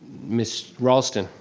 miss raulston?